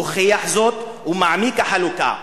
מוכיח זאת ומעמיק את החלוקה.